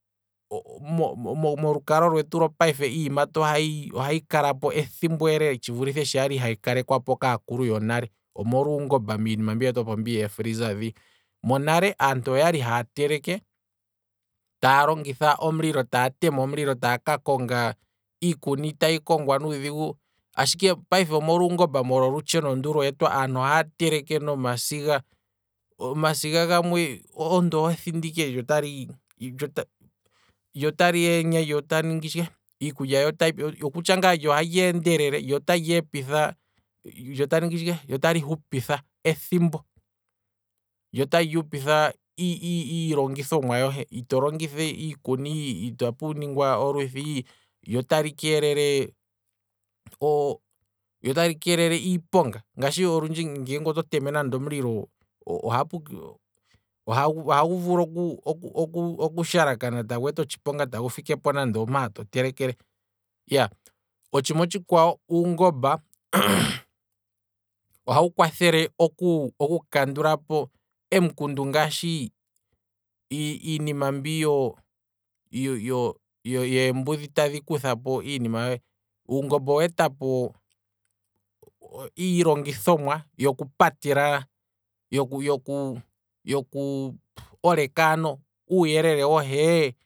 molukalwa lwetu lo payife iiyimati ohayi ohayi kalapo ethimbo ele tshivulithe sho kwali hayi kale kwapo kaakulu yonale, omolwa uungomba miinima mbi yeetwapo yee freezer mbii, monale aantu oyali haa teleke taa longitha omulilo, taaka konga iikuni tayi kongwa nuudhigu, ashike payife omolwa uungomba molwa olutsheno ndu lweetwa, aantu ohaya teleke nomasiga, omasiga gamwe omuntu oho thindi ike lyo otali enye iikulya yo otayi pi, okutsha ngaa lyo ohali endelele, lyo otali epitha lyo otali hupitha ethimbo, lyo otali hupitha iilongithomwa nyohe, ito longitha iikuni, itapu ningwa oluthi, lyo otali keelele iiponga, ngaashi olundji nge oto tema nande omulilo, ohapu ohagu vulu oku- oku- okusha laka tagu eta otshiponga tagu fikepo nande ompa to telekele, iya otshiima otshikwawo uungomba ohawu kwathele oku kandulapo em'kundu ngaashi, iinima mbi yo- yo- yembudhi tadhi kuthapo iinima yohe, uungomba oweetapo iilongithomwa yoku patela, yoku yoku yoku oleka ano uuyelele wohe